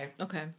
Okay